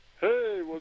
Hey